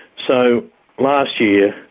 so last year,